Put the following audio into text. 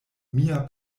mia